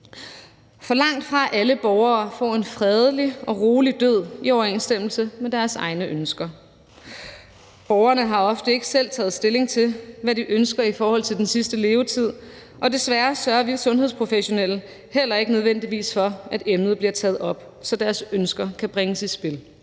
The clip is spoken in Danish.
For langtfra alle borgere får en fredelig og rolig død i overensstemmelse med deres egne ønsker. Borgerne har ofte ikke selv taget stilling til, hvad de ønsker i forhold til den sidste levetid, og desværre sørger vi sundhedsprofessionelle heller ikke nødvendigvis for, at emnet bliver taget op, så deres ønsker kan bringes i spil.